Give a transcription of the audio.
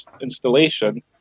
installation